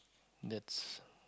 that's